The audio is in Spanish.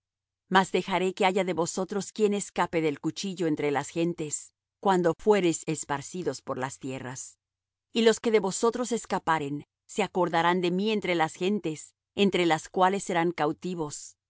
mas dejaré que haya de vosotros quien escape del cuchillo entre las gentes cuando fuereis esparcidos por las tierras y los que de vosotros escaparen se acordarán de mí entre las gentes entre las cuales serán cautivos